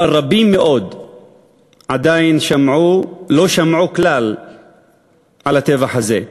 אבל רבים מאוד עדיין לא שמעו כלל על הטבח הזה,